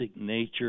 nature